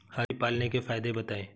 हाथी पालने के फायदे बताए?